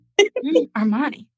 Armani